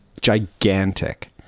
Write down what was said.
gigantic